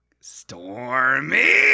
stormy